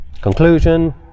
conclusion